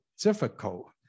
difficult